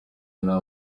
n’abo